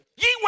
Ye